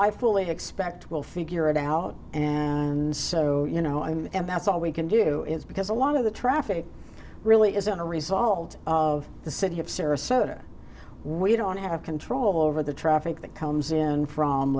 i fully expect we'll figure it out and so you know i mean about all we can do is because a lot of the traffic really isn't a result of the city of sarasota we don't have control over the traffic that comes in from